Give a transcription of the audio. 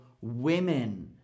women